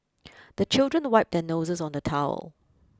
the children wipe their noses on the towel